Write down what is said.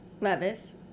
Levis